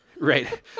Right